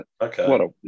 Okay